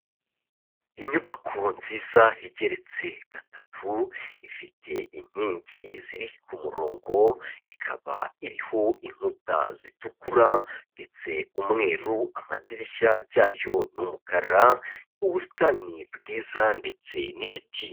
Inyubako nziza igeretse gatatu ifite inkingi ziri ku murongo ikaba iriho inkuta zitukura ndetse umweru, amadirishya byayo ni umukara ubusitani bwiza ndetse n'ibiti.